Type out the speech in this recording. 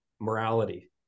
morality